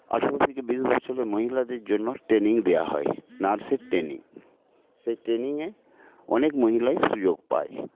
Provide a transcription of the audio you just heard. আঠেরো থেকে বিশ বছরের মহিলাদের জন্য ট্রেনিং দেওয়া হয় নার্সের ট্রেনিং সেই ট্রেনিয়ে অনেক মহিলাই সুযোগ পায়